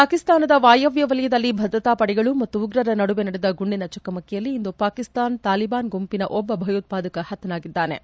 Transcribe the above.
ಪಾಕಿಸ್ತಾನದ ವಾಯವ್ಯ ವಲಯದಲ್ಲಿ ಭದ್ರತಾಪಡೆಗಳು ಮತ್ತು ಉಗ್ರರ ನಡುವೆ ನಡೆದ ಗುಂಡಿನ ಚಕಮಕಿಯಲ್ಲಿ ಇಂದು ಪಾಕಿಸ್ತಾನ್ ತಾಲಿಬಾನ್ ಗುಂಪಿನ ಒಬ್ಬ ಭಯೋತ್ಪಾದಕ ಹತನಾಗಿದ್ದಾನೆ